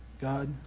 God